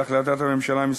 להחלטת הממשלה מס'